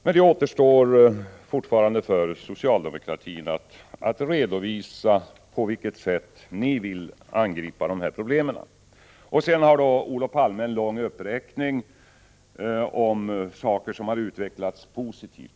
Men det återstår fortfarande för socialde mokratin att redovisa på vilket sätt ni vill angripa de här problemen. Sedan gör Olof Palme en lång uppräkning av saker som har utvecklats positivt.